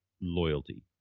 loyalty